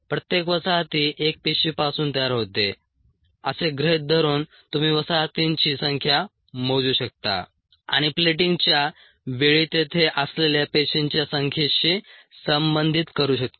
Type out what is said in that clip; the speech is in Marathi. प्रत्येक वसाहती एक पेशीपासून तयार होते असे गृहीत धरून तुम्ही वसाहतींची संख्या मोजू शकता आणि प्लेटिंगच्या वेळी तेथे असलेल्या पेशींच्या संख्येशी संबंधित करू शकता